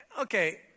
okay